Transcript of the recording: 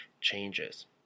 changes